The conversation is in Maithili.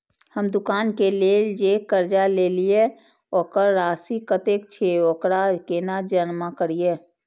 हम दुकान के लेल जे कर्जा लेलिए वकर राशि कतेक छे वकरा केना जमा करिए?